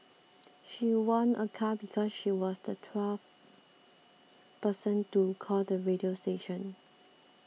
she won a car because she was the twelfth person to call the radio station